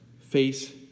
face